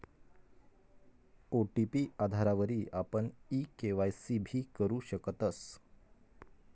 OTP आधारवरी आपण e KYC भी करु शकतस